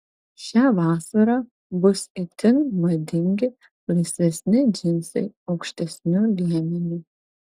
šią vasarą bus itin madingi laisvesni džinsai aukštesniu liemeniu